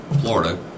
Florida